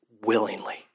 willingly